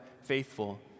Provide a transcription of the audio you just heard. faithful